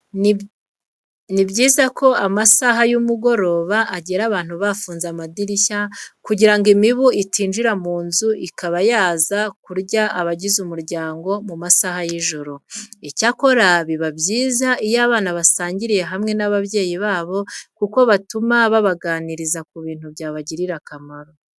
Ni byiza ko amasaha y'umugoroba agera abantu bafunze amadirishya kugira ngo imibu itinjira mu nzu ikaba yaza kurya abagize umuryango mu masaha y'ijoro. Icyakora, biba byiza iyo abana basangiriye hamwe n'ababyeyi babo kuko bituma babaganiriza ku bintu byabagirira akamaro.